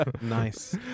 Nice